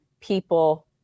people